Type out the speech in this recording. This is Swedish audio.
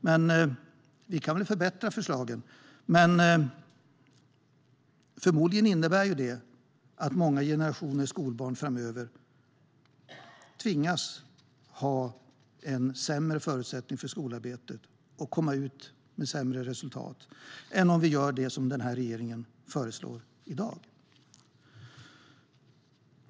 Men det skulle förmodligen innebära att många generationer skolbarn framöver får sämre förutsättningar för skolarbete och går ut med sämre resultat än om vi gör det som regeringen föreslår i dag.